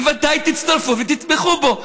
בוודאי תצטרפו ותתמכו בו.